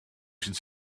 should